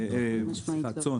חד משמעית לא.